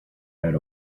right